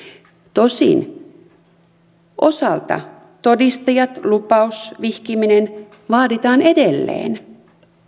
tosin osalta todistajat lupaus vihkiminen vaaditaan edelleen